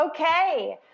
Okay